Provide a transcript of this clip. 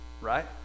right